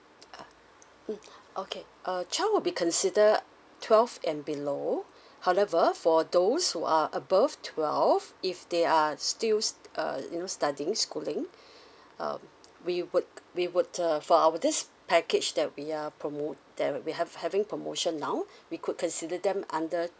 ah mm okay uh child would be considered twelve and below however for those who are above twelve if they are still uh you know studying schooling um we would we would uh for our this package that we are promote that we have having promotion now we could consider them under